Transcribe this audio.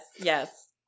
Yes